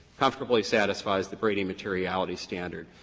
comfortably satisfies the brady materiality standard,